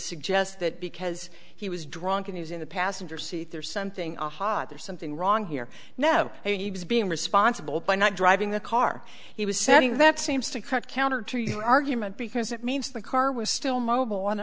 suggest that because he was drunk and using the passenger seat there's something aha there's something wrong here now he was being responsible by not driving the car he was setting that seems to cut counter to your argument because it means the car was still mobile on